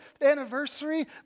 anniversary